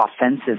offensive